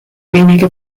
wenige